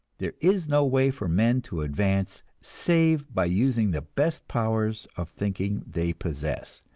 there is no way for men to advance save by using the best powers of thinking they possess,